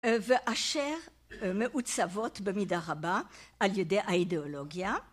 ואשר מעוצבות במידה רבה על ידי האידיאולוגיה